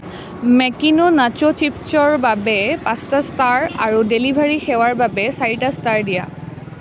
Makino nacho চিপ্ছৰ বাবে পাঁচ টা ষ্টাৰ আৰু ডেলিভাৰী সেৱাৰ বাবে চাৰিটা ষ্টাৰ দিয়া